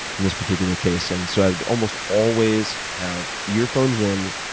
in this particular case. and so i would almost always have earphones in,